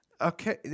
Okay